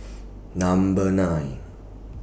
Number nine